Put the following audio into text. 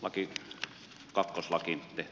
aki kakkosvahti